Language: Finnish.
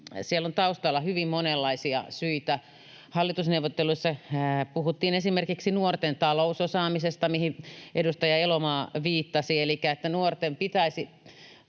siellä on taustalla hyvin monenlaisia syitä. Hallitusneuvotteluissa puhuttiin esimerkiksi nuorten talousosaamisesta, johon edustaja Elomaa viittasi, elikkä että nuorille pitäisi